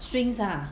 swings ah